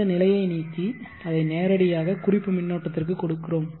இந்த நிலையை நீக்கி அதை நேரடியாக குறிப்பு மின்னோட்டத்திற்கு கொடுக்கிறோம்